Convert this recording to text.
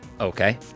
okay